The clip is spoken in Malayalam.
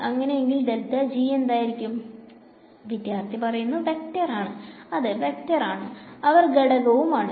അങ്ങനെ എങ്കിൽ എന്തായിരിക്കാം വിദ്യാർത്ഥി വെക്ടർ അതെ വെക്ടർ ആണ് അവൻ ഘടകവും ആണ്